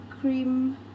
cream